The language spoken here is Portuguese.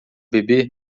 bebê